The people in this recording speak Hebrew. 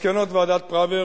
מסקנות ועדת-פראוור,